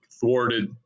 thwarted